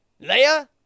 Leia